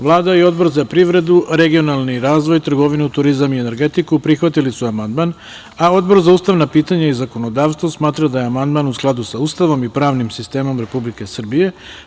Vlada i Odbor za privredu, regionalni razvoj, trgovinu, turizam i energetiku prihvatili su amandman, a Odbor za ustavna pitanja i zakonodavstvo smatra da je amandman u skladu sa Ustavom i pravnim sistemom Republike Srbije.